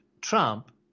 Trump